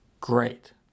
great